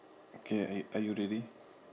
okay are are you ready